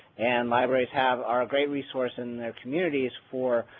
and libraries have are a great resource in their communities for